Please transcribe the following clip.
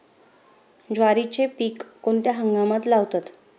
ज्वारीचे पीक कोणत्या हंगामात लावतात?